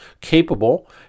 capable